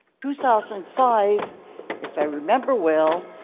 two thousand and five if i remember well,